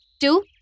two